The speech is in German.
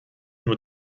nur